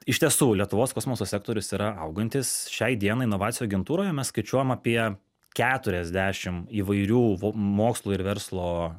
iš tiesų lietuvos kosmoso sektorius yra augantis šiai dienai inovacijų agentūroje mes skaičiuojam apie keturiasdešimt įvairių mokslo ir verslo